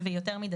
ראינו,